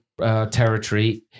Territory